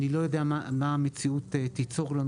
אני לא יודע מה המציאות תיצור לנו